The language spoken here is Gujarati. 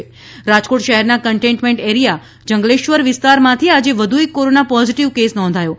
રાજકોટ કોરોના રાજકોટ શહેરના કન્ટેઇનમેન્ટ એરિયા જંગલેશ્વર વિસ્તારમાંથી આજે વધુ એક કોરોના પોઝિટિવ કેસ નોંધાયો છે